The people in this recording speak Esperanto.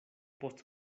post